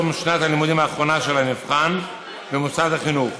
תום שנת הלימודים האחרונה של הנבחן במוסד החינוך,